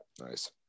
Nice